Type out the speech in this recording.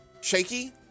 Shaky